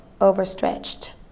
overstretched